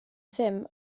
ddim